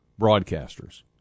broadcasters